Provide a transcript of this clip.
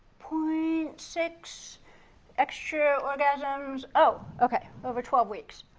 point six extra orgasms. oh, okay. over twelve weeks.